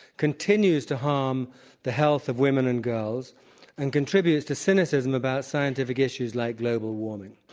continues to harm the health of women and girls and contributes to cynicism about scientific issues like global warming.